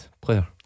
player